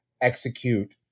execute